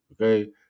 okay